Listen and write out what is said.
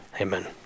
Amen